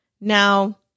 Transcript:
Now